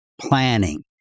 planning